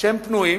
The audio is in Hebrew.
שהם פנויים,